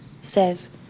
Says